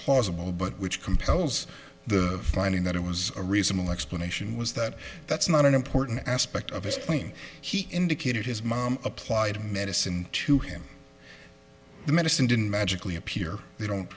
plausible but which compels the finding that it was a reasonable explanation was that that's not an important aspect of his spleen he indicated his mom applied medicine to him the medicine didn't magically appear they don't